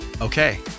Okay